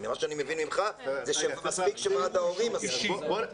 וממה שאני מבין ממך מספיק שוועד ההורים מסכים.